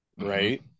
Right